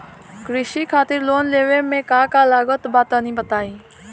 कृषि खातिर लोन लेवे मे का का लागत बा तनि बताईं?